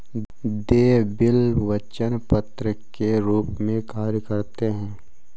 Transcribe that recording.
देय बिल वचन पत्र के रूप में कार्य करते हैं